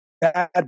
bad